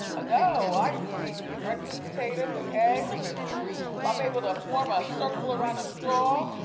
ah no. i was eatin' breakfast potatoes and eggs. and i'm able to form a circle around a straw.